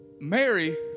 Mary